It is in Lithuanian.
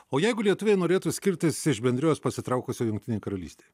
o jeigu lietuviai norėtų skirtis iš bendrijos pasitraukusioj jungtinėj karalystėj